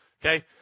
Okay